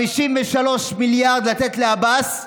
53 מיליארד לתת לעבאס,